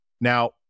Now